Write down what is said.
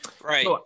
right